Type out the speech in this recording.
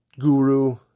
guru